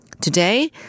Today